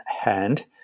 hand